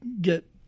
get